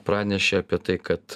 pranešė apie tai kad